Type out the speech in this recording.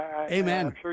Amen